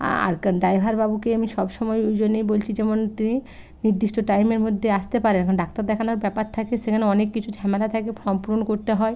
আর কা ড্রাইভারবাবুকে আমি সবসময় ওই জন্যই বলছি যেমন তিনি নির্দিষ্ট টাইমের মধ্যে আসতে পারে এখন ডাক্তার দেখানোর ব্যাপার থাকে সেখানে অনেক কিছু ঝামেলা থাকে ফর্ম পূরণ করতে হয়